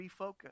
refocus